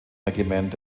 regiment